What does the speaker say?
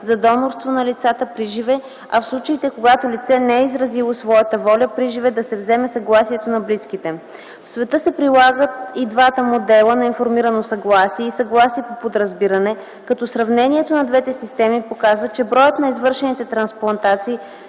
за донорство на лицата приживе, а в случаите, когато лицето не е изразило своята воля приживе, да се вземе съгласието на близките. В света се прилагат и двата модела на информирано съгласие и съгласие по подразбиране, като сравнението на двете системи показва, че броят на извършените трансплантации